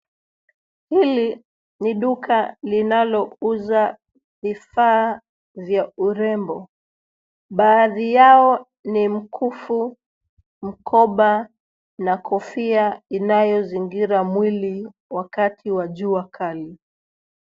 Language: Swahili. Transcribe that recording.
Hili ni duka linalo uza vifaa vya urembo. Baadhi yao ni mkufu, mkoba na kofia inayo zingira mwili wakati wa jua kali.